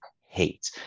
hate